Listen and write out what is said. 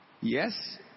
yes